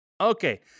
Okay